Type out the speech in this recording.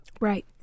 Right